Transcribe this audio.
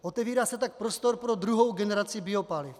Otevírá se tak prostor pro druhou generaci biopaliv.